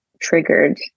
triggered